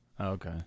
Okay